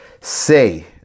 say